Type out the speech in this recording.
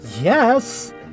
Yes